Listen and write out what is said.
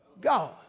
God